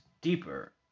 deeper